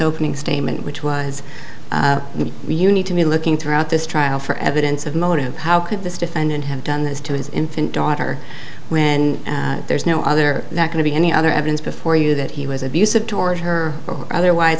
opening statement which was you need to be looking throughout this trial for evidence of motive how could this defendant have done this to his infant daughter when there's no other that can be any other evidence before you that he was abusive toward her or otherwise